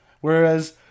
whereas